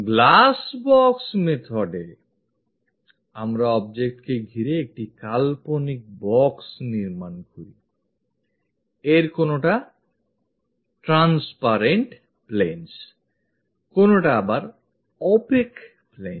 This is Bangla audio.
glassbox method এ আমরা objectকে ঘিরে এক কাল্পনিক box নির্মাণ করি এর কোনটা transparent planes কোনটা আবার opaque planes